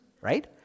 right